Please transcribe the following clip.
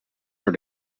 door